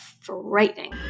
frightening